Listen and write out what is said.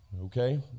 Okay